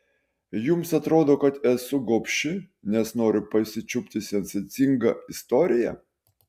jums atrodo kad esu gobši nes noriu pasičiupti sensacingą istoriją